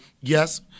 yes